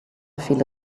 viele